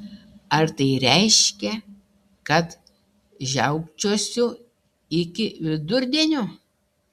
ar tai reiškia kad žiaukčiosiu iki vidurdienio